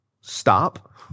Stop